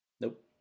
Nope